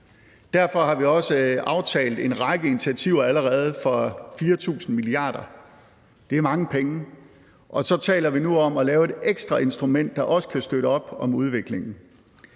Derfor har vi også allerede aftalt en række initiativer for 4.000 milliarder – det er mange penge. Og så taler vi nu om at lave et ekstra instrument, der også kan støtte op om udviklingen.